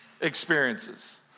experiences